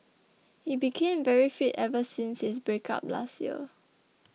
he became very fit ever since his breakup last year